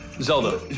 Zelda